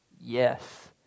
Yes